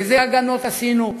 איזה הגנות עשינו,